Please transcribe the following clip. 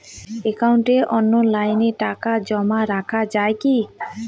একাউন্টে অনলাইনে টাকা জমা রাখা য়ায় কি?